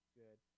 good